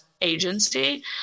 agency